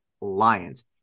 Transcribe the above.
Lions